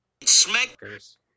smackers